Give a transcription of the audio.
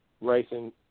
racing